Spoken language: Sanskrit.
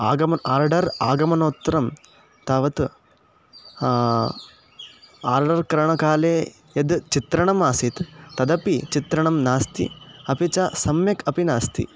आगमनं आर्डर् आगमनोत्तरं तावत् आर्डर् करणकाले यत् चित्रणमासीत् तदपि चित्रणं नास्ति अपि च सम्यक् अपि नास्ति